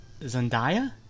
Zendaya